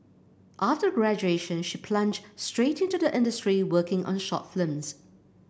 after graduation she plunged straight into the industry working on short films